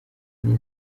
enye